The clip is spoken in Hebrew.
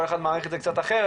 כל אחד מעריך את זה קצת אחרת,